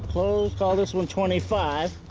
clothes. call this one twenty five